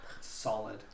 Solid